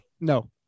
No